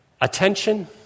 attention